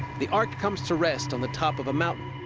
the ark comes to rest on the top of a mountain.